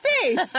face